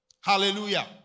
Hallelujah